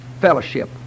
fellowship